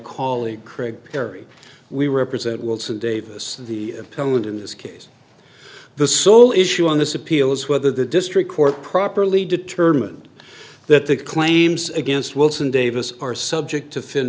colleague craig perry we represent wilson davis the appellant in this case the sole issue on this appeal is whether the district court properly determined that the claims against wilson davis are subject to fin